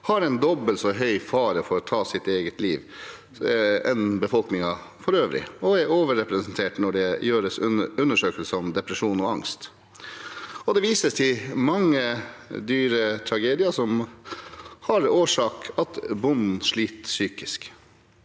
har en dobbelt så høy fare for å ta sitt eget liv som befolkningen for øvrig og er overrepresentert når det gjøres undersøkelser om depresjon og angst. Det vises til mange dyretragedier som har som årsak at bonden sliter psykisk.